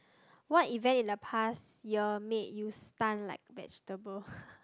what event in the past year made your stun like vegetable